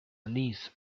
knees